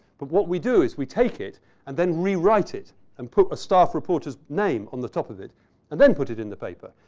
but what we do is we take it and then rewrite it and put a staff reporter's name on the top of it and then put it in the paper.